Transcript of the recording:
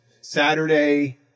Saturday